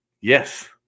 Yes